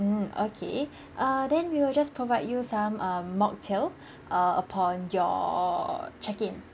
mm okay uh then we will just provide you some um mocktail err upon your err check in